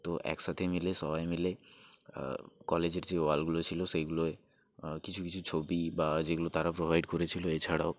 তো একসাথে মিলে সবাই মিলে কলেজের যে ওয়ালগুলো ছিল সেইগুলোয় কিছু কিছু ছবি বা যেগুলো তারা প্রোভাইড করেছিল এছাড়াও